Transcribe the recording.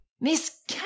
Miss